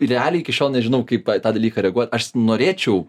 realiai iki šiol nežinau kaip pa tą dalyką reaguot aš norėčiau